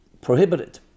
prohibited